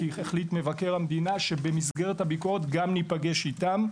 החליט מבקר המדינה שבמסגרת הביקורת גם נפגש איתם.